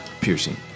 Piercing